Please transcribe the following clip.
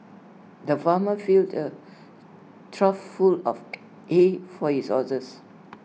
the farmer filled A trough full of hay for his horses